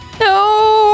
No